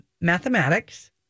mathematics